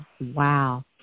Wow